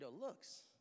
looks